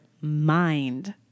mind